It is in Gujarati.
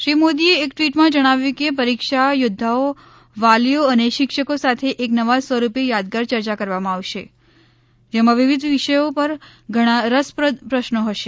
શ્રી મોદીએ એક ટ્વિટમાં જણાવ્યું કે પરીક્ષા યોદ્વાઓ વાલીઓ અને શિક્ષકો સાથે એક નવા સ્વરૂપે યાદગાર ચર્ચા કરવામાં આવશે જેમાં વિવિધ વિષયો પર ઘણા રસપ્રદ પ્રશ્નો હશે